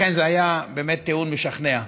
לכן, זה היה באמת טיעון משכנע.